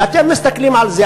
ואתם מסתכלים על זה.